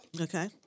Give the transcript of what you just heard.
Okay